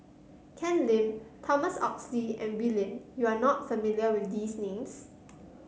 Ken Lim Thomas Oxley and Wee Lin you are not familiar with these names